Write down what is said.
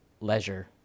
leisure